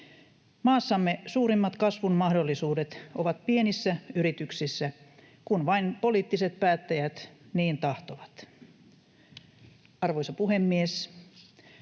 Maassamme suurimmat kasvun mahdollisuudet ovat pienissä yrityksissä, kun vain poliittiset päättäjät niin tahtovat. Arvoisa puhemies!